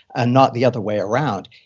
and not the other way around,